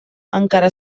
encara